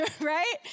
right